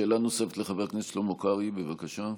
שאלה נוספת, לחבר הכנסת שלמה קרעי, בבקשה.